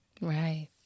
Right